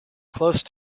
close